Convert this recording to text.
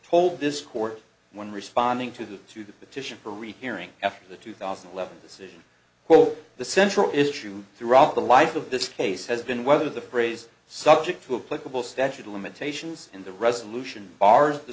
told this court when responding to to the petition for a rehearing after the two thousand and eleven decision the central issue throughout the life of this case has been whether the phrase subject to a political statute of limitations in the resolution bars the